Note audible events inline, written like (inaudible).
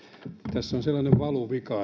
tässä on sellainen valuvika (unintelligible)